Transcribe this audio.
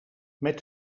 met